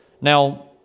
Now